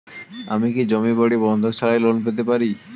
আমি কি জমি বাড়ি বন্ধক ছাড়াই লোন পেতে পারি?